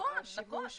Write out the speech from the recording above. השימוש בטכנולוגיה?